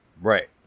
Right